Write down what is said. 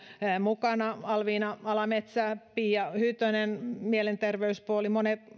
mukana alviina alametsä pia hytönen mielenterveyspooli monet